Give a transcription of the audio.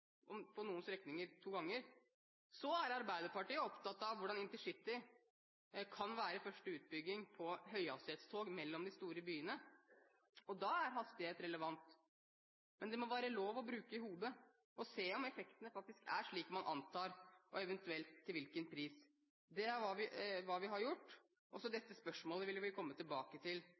om to ganger når det gjelder noen strekninger. Så er Arbeiderpartiet opptatt av hvordan intercity kan være første utbygging på høyhastighetstog mellom de store byene, og da er hastighet relevant. Men det må være lov å bruke hodet og se om effektene faktisk er slik man antar, eventuelt til hvilken pris. Det er det vi har gjort. Også dette spørsmålet vil vi komme tilbake til